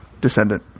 descendant